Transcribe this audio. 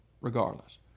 regardless